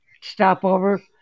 stopover